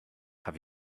have